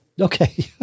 Okay